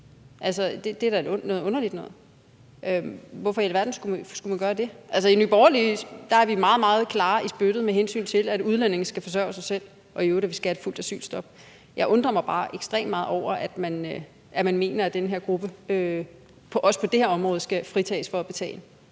det er da noget underligt noget. Hvorfor i alverden skulle man gøre det? I Nye Borgerlige er vi meget, meget klare i spyttet med hensyn til, at udlændinge skal forsørge sig selv, og at vi i øvrigt skal have et fuldt asylstop. Jeg undrer mig bare ekstremt meget over, at man mener, at den her gruppe også på det her område skal fritages for at betale,